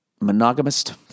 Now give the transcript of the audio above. Monogamist